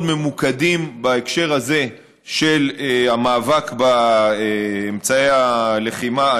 ממוקדים בהקשר הזה של המאבק באמצעי הלחימה,